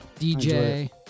DJ